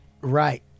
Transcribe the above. right